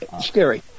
Scary